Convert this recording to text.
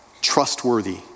trustworthy